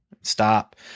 stop